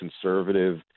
conservative